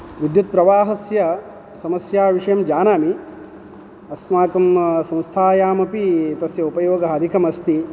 विद्युत्प्रवाहस्य समस्या विषयं जानामि अस्माकं संस्थायामपि तस्य उपयोगः अधिकमस्ति